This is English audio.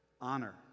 Honor